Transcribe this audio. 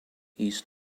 east